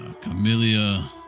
Camellia